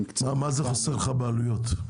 הכמה זה חוסך לך בעלויות?